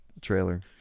trailer